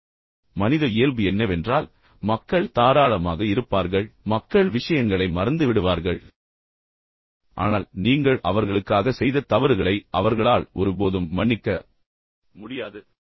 எனவே அதை மனதில் கொள்ளுங்கள் ஒட்டுமொத்த மனித இயல்பு என்னவென்றால் மக்கள் தாராளமாக இருப்பார்கள் மக்கள் விஷயங்களை மறந்துவிடுவார்கள் ஆனால் நீங்கள் அவர்களுக்காக செய்த தவறுகளை அவர்களால் ஒருபோதும் மன்னிக்க முடியாது